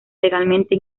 legalmente